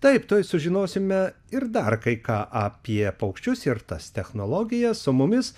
taip tuoj sužinosime ir dar kai ką apie paukščius ir tas technologijas su mumis